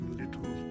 little